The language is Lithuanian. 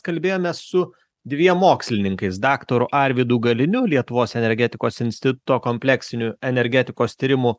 kalbėjomės su dviem mokslininkais daktaru arvydu galiniu lietuvos energetikos instituto kompleksinių energetikos tyrimų